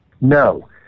No